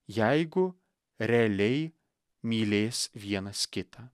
jeigu realiai mylės vienas kitą